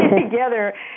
Together